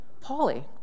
Polly